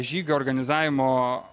žygio organizavimo